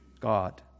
God